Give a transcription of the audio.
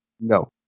No